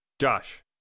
Josh